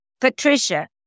Patricia